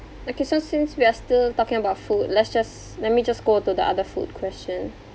okay so since we are still talking about food let's just let me just go to the other food question